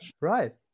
right